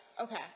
okay